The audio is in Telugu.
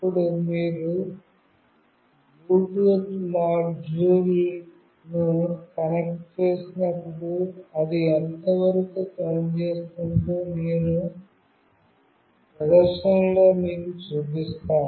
ఇప్పుడు మీరు బ్లూటూత్ మాడ్యూల్ ను కనెక్ట్ చేసినప్పుడు ఇది ఎంతవరకు పని చేస్తుందో నేను ప్రదర్శనలో మీకు చూపిస్తాను